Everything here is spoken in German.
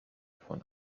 von